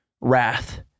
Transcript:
wrath